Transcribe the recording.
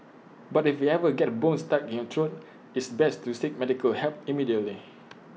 but if you ever get A bone stuck in your throat it's best to seek medical help immediately